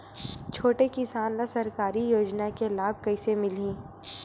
छोटे किसान ला सरकारी योजना के लाभ कइसे मिलही?